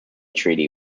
treaty